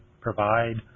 provide